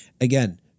Again